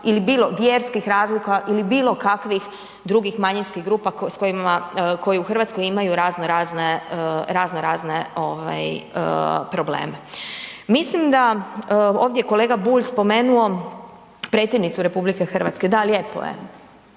ili bilo, vjerskih razlika ili bilo kakvih manjinskih grupa s kojima, koji u Hrvatskoj imaju razno razne, razno razne ovaj probleme. Mislim da ovdje je kolega Bulj spomenuo predsjednicu RH, da lijepo je